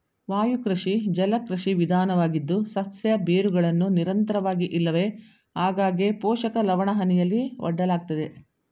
ವಾಯುಕೃಷಿ ಜಲಕೃಷಿ ವಿಧಾನವಾಗಿದ್ದು ಸಸ್ಯ ಬೇರುಗಳನ್ನು ನಿರಂತರವಾಗಿ ಇಲ್ಲವೆ ಆಗಾಗ್ಗೆ ಪೋಷಕ ಲವಣಹನಿಯಲ್ಲಿ ಒಡ್ಡಲಾಗ್ತದೆ